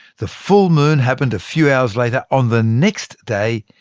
the full moon happened a few hours later, on the next day,